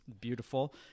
beautiful